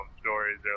stories